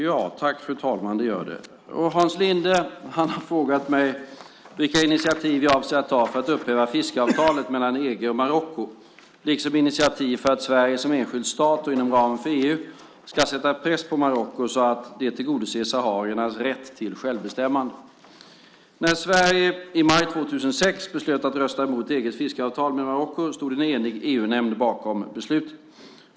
Fru talman! Hans Linde har frågat mig vilka initiativ jag avser att ta för att upphäva fiskeavtalet mellan EG och Marocko liksom initiativ för att Sverige som enskild stat och inom ramen för EU ska sätta press på Marocko så att de tillgodoser sahariernas rätt till självbestämmande. När Sverige i maj 2006 beslöt att rösta emot EG:s fiskeavtal med Marocko stod en enig EU-nämnd bakom beslutet.